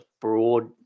broad